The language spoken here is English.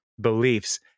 beliefs